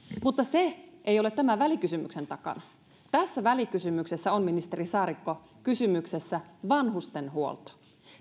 mutta se ei ole tämän välikysymyksen takana tässä välikysymyksessä on ministeri saarikko kysymyksessä vanhustenhuolto